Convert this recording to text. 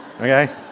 okay